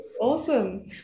awesome